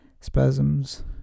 spasms